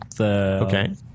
Okay